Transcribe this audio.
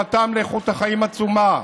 שתרומתם לאיכות החיים עצומה.